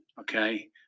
Okay